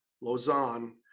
Lausanne